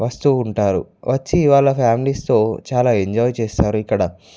వస్తూ ఉంటారు వచ్చి వాళ్ళ ఫ్యామిలీస్తో చాలా ఎంజాయ్ చేస్తారు ఇక్కడ